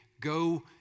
go